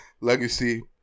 legacy